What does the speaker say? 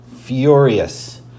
Furious